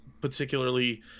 particularly